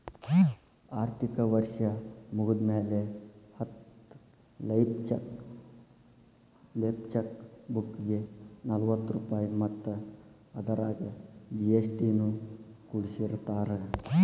ಆರ್ಥಿಕ ವರ್ಷ್ ಮುಗ್ದ್ಮ್ಯಾಲೆ ಹತ್ತ ಲೇಫ್ ಚೆಕ್ ಬುಕ್ಗೆ ನಲವತ್ತ ರೂಪಾಯ್ ಮತ್ತ ಅದರಾಗ ಜಿ.ಎಸ್.ಟಿ ನು ಕೂಡಸಿರತಾರ